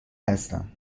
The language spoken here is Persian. هستم